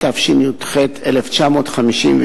התשי"ח 1958,